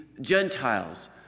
Gentiles